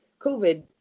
covid